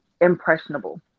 impressionable